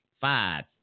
Five